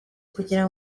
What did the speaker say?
kugira